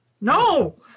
No